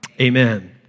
Amen